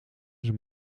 zijn